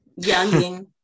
younging